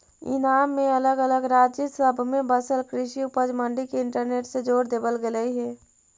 ईनाम में अलग अलग राज्य सब में बसल कृषि उपज मंडी के इंटरनेट से जोड़ देबल गेलई हे